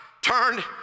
turned